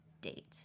date